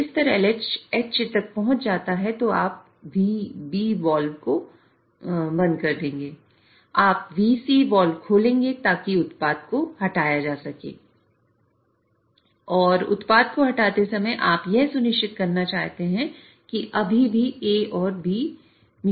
जब स्तर LHH तक पहुंच जाता है तो आप VB वाल्व कर देंगे आप Vcवाल्व खोलेंगे ताकि उत्पाद को हटाया जा सके और उत्पाद को हटाते समय आप यह सुनिश्चित करना चाहते हैं कि अभी भी A और B मिश्रण है